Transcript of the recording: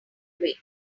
away